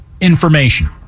information